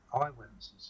Eyewitnesses